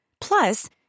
Plus